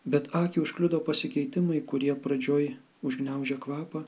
bet akį užkliudo pasikeitimai kurie pradžioj užgniaužia kvapą